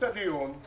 עם